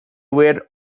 were